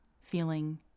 feeling